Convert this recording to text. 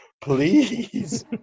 please